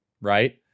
right